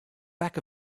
back